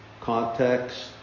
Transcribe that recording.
context